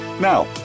now